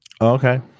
Okay